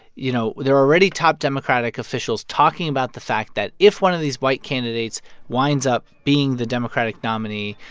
you know, they're already top democratic officials talking about the fact that if one of these white candidates winds up being the democratic nominee,